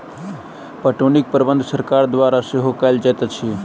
पटौनीक प्रबंध सरकार द्वारा सेहो कयल जाइत अछि